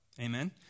Amen